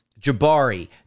Jabari